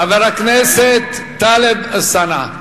חבר הכנסת טלב אלסאנע,